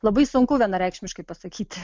labai sunku vienareikšmiškai pasakyti